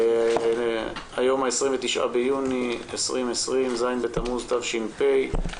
היום ה-29 ביוני 2020, ז' בתמוז תש"ף.